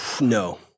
no